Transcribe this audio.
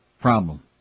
problem